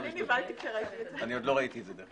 אני עוד לא ראיתי את זה.